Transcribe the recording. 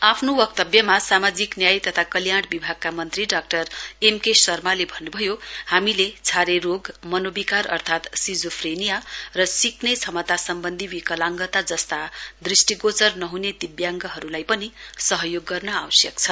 आफ्नो वक्तव्यमा सामाजिक न्याय तथा कल्याण विभागका मन्त्री डाक्टर एमके शर्माले भन्नुभयो हामीले छारेरोग मनोविकार अर्थात् सिजोफ्रेनिया र सिक्ने क्षमतासम्बन्धी विकलाङ्गता जस्ता दृष्टिगोचर नहुने दिव्याङ्गहरूलाई पनि सहयोग गर्ने आवश्यक छ